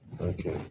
Okay